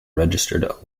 registered